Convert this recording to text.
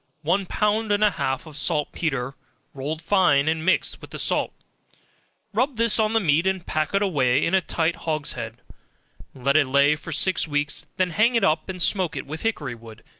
one pound and a half of saltpetre rolled fine and mixed with the salt rub this on the meat and pack it away in a tight hogshead let it lay for six weeks, then hang it up and smoke it with hickory wood,